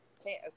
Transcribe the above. okay